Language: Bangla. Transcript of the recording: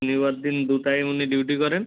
শনিবার দিন দুটায় উনি ডিউটি করেন